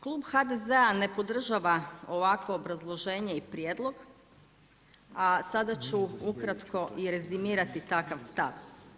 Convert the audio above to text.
Klub HDZ-a ne podržava ovakvo obrazloženje i prijedlog, a sada ću ukratko i rezimirati takav stav.